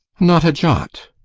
not a jot,